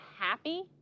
happy